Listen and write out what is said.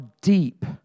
deep